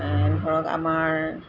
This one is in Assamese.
ধৰক আমাৰ